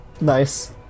nice